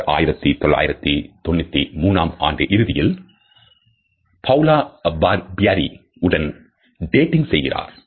அவர் 1993 ஆம் ஆண்டு இறுதியில் Paula Barbieriஉடன் டேட்டிங் செய்கிறார்